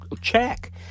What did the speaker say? check